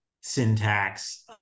syntax